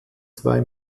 zwei